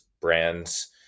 brands